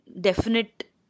definite